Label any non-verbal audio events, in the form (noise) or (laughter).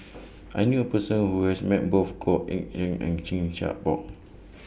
(noise) I knew A Person Who has Met Both Goh Eck Kheng and Chan Chin Bock